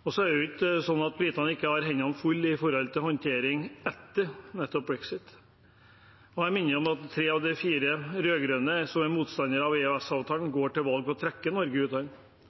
Det er ikke sånn at ikke britene har hendene fulle med håndtering etter nettopp brexit. Jeg minner om at tre av de fire rød-grønne partiene som er motstandere av EØS-avtalen, går til valg på å trekke Norge ut av